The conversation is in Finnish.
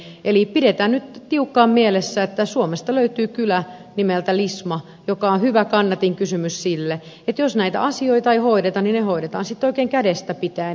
eli pidetään nyt tiukkaan mielessä että suomesta löytyy kylä nimeltä lisma joka on hyvä kannatinkysymys sille että jos näitä asioita ei hoideta niin ne hoidetaan sitten oikein kädestä pitäen